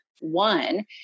one